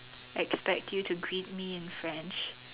expect you to greet me in French